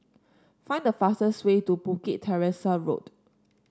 find the fastest way to Bukit Teresa Road